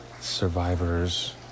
Survivors